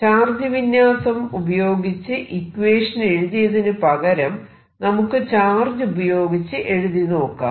charge വിന്യാസം ഉപയോഗിച്ച് equation എഴുതിയതിനു പകരം നമുക്ക് ചാർജ് ഉപയോഗിച്ച് എഴുതിനോക്കാം